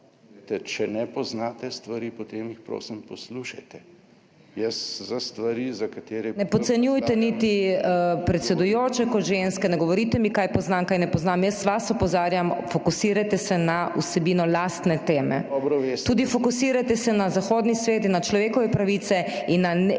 če ne poznate stvari, potem jih prosim poslušajte. Jaz za stvari za katere… **PODPREDSEDNICA MAG. MEIRA HOT:** Ne podcenjujte niti predsedujoče kot ženske, ne govorite mi kaj poznam, kaj ne poznam. Jaz vas opozarjam, fokusirajte se na vsebino lastne teme. Tudi fokusirajte se na zahodni svet in na človekove pravice in na, če